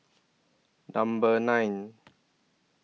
Number nine